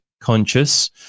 conscious